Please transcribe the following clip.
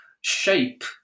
shape